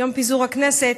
יום פיזור הכנסת,